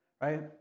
Right